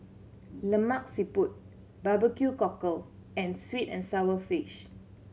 Lemak Siput barbecue cockle and sweet and sour fish